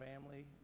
family